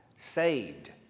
Saved